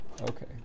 Okay